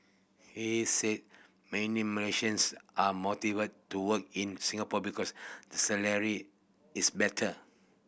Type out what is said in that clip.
he said many Malaysians are motivated to work in Singapore because the salary is better